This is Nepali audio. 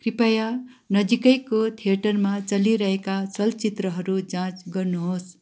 कृपाय नजिकैको थिएटरमा चलिरहेका चलचित्रहरू जाँच गर्नुहोस्